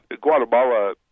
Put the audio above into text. Guatemala